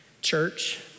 church